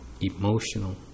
emotional